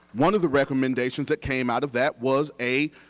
one of the recommendations that came out of that was a,